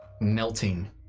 melting